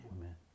Amen